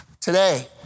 today